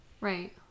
Right